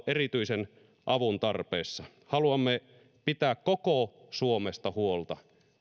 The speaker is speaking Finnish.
erityisen avun tarpeessa haluamme pitää koko suomesta huolta